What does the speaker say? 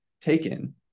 taken